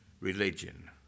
religion